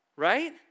Right